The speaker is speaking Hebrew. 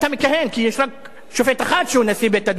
כי יש רק שופט אחד שהוא נשיא בית-הדין השרעי.